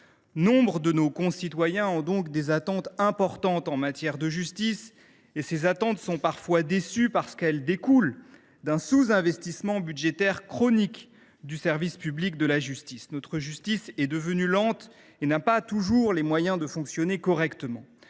Nombre de nos concitoyens ont donc des attentes importantes en matière de justice et, si celles ci sont parfois déçues, cela est dû à un sous investissement budgétaire chronique du service public de la justice. Notre justice est devenue lente et elle n’a pas toujours les moyens de fonctionner correctement.